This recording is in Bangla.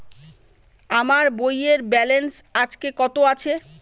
আমার বইয়ের ব্যালেন্স আজকে কত আছে?